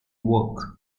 work